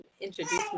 introduce